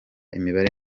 imibare